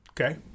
Okay